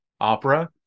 opera